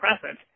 present